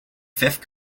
fifth